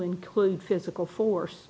include physical force